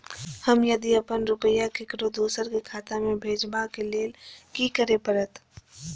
हम यदि अपन रुपया ककरो दोसर के खाता में भेजबाक लेल कि करै परत?